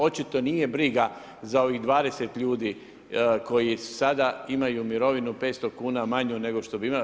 Očito nije briga za ovih 20 ljudi koji sada imaju mirovinu 500 kuna manju nego što bi imali.